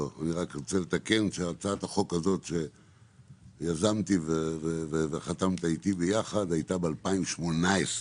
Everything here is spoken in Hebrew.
הצעת החוק שיזמתי ואתה גם חתום עליה הייתה ב-2018.